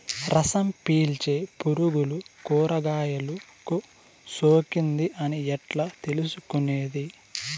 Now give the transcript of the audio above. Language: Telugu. రసం పీల్చే పులుగులు కూరగాయలు కు సోకింది అని ఎట్లా తెలుసుకునేది?